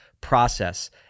process